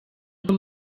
bwo